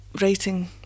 writing